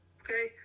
Okay